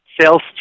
sales